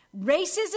racism